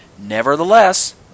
Nevertheless